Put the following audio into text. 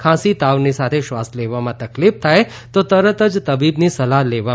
ખાંસી તાવની સાથે શ્વાસ લેવામાં તકલીફ થાય તો તરત જ તબીબની સલાહ લેવામાં આવે